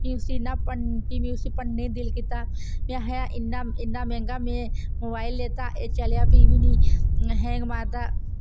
फ्ही उस्सी इन्ना फ्ही में उसी भन्नने ई दिल कीता मैं हा इन्ना इन्ना मैहंगा मैं मोबाइल लैता एह् चलेआ फ्ही बी नि हैंग मारदा